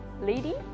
lady